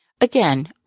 Again